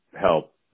help